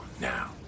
now